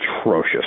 atrocious